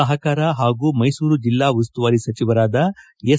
ಸಹಕಾರ ಹಾಗೂ ಮೈಸೂರು ಜಿಲ್ಲಾ ಉಸ್ತುವಾರಿ ಸಚಿವರಾದ ಎಸ್